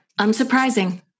unsurprising